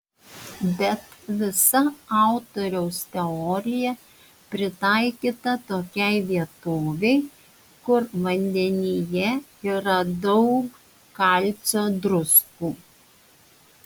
bet visa autoriaus teorija pritaikyta tokiai vietovei kur vandenyje yra daug kalcio druskų